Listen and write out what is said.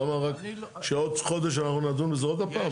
למה רק שעוד חודש אנחנו נדון בזה עוד פעם?